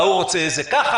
וההוא רוצה את זה ככה,